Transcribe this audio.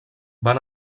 van